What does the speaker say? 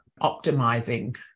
optimizing